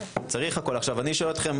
אז אני שואל אתכם,